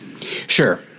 Sure